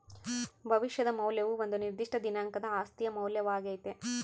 ಭವಿಷ್ಯದ ಮೌಲ್ಯವು ಒಂದು ನಿರ್ದಿಷ್ಟ ದಿನಾಂಕದ ಆಸ್ತಿಯ ಮೌಲ್ಯವಾಗ್ಯತೆ